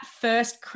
first